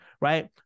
right